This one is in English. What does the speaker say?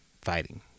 fighting